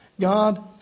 God